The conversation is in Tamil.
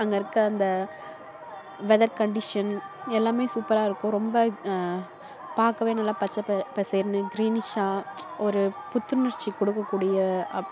அங்கே இருக்க அந்த வெதர் கண்டிஷன் எல்லாமே சூப்பராக இருக்கும் ரொம்ப பார்க்கவே நல்லா பச்சைப் ப பசேர்ன்னு க்ரீனிஷாக ஒரு புத்துணர்ச்சி கொடுக்கக்கூடிய